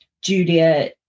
Julia